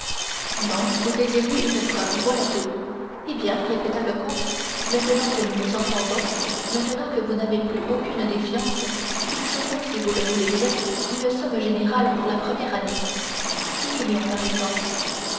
non vous désiriez une preuve voilà tout eh bien répéta le comte maintenant que nous nous entendons maintenant que vous n'avez plus aucune défiance fixons si vous le voulez bien une somme générale pour la première année six millions par exemple